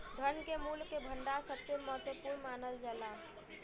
धन के मूल्य के भंडार सबसे महत्वपूर्ण मानल जाला